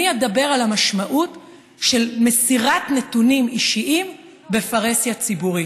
אני אדבר על המשמעות של מסירת נתונים אישיים בפרהסיה ציבורית.